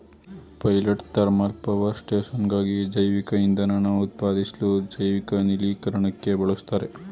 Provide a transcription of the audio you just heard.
pilot thermal power ಸ್ಟೇಷನ್ಗಾಗಿ ಜೈವಿಕಇಂಧನನ ಉತ್ಪಾದಿಸ್ಲು ಜೈವಿಕ ಅನಿಲೀಕರಣಕ್ಕೆ ಬಳುಸ್ತಾರೆ